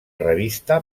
revista